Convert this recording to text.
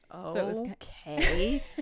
okay